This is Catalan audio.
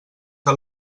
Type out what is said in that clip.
que